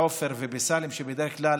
בעופר ובסאלם, שבדרך כלל